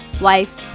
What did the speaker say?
wife